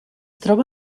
troba